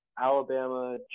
Alabama